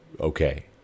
okay